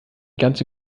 ganze